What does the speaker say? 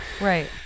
right